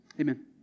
Amen